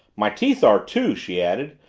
my teeth are, too, she added.